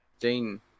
dean